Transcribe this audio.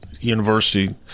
university